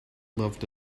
loved